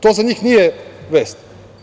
To za njih nije vest.